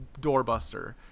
doorbuster